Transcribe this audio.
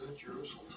Jerusalem